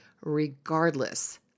regardless